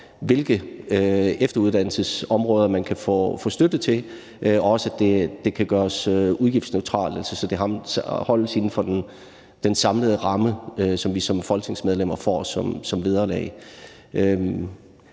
hvilke efteruddannelsesområder man kan få støtte til, og være med til at gøre det udgiftsneutralt, så det holdes inden for den samlede ramme, som vi som folketingsmedlemmer får som vederlag.